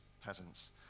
peasants